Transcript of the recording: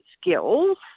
skills